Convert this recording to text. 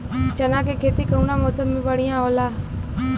चना के खेती कउना मौसम मे बढ़ियां होला?